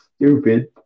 stupid